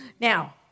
Now